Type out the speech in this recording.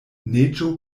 neĝo